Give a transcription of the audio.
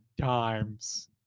times